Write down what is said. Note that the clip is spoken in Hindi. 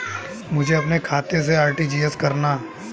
मुझे अपने खाते से आर.टी.जी.एस करना?